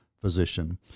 physician